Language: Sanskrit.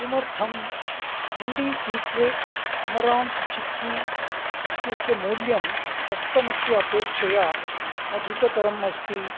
किमर्थं इण्डीसीक्रेट्स् अमरान्त् चिक्की इत्यस्य मूल्यं ह्यस्थनस्य अपेक्षया अधिकतरम् अस्ति